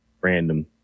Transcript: random